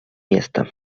места